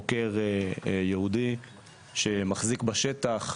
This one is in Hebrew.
בוקר יהודי שמחזיק בשטח,